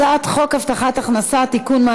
הצעת חוק הבטחת הכנסה (תיקון,